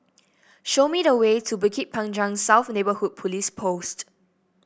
show me the way to Bukit Panjang South Neighbourhood Police Post